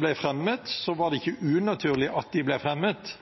ble fremmet, var det ikke unaturlig at de ble fremmet,